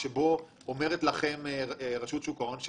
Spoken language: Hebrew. אנחנו